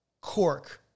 cork